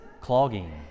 clogging